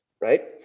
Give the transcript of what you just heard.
right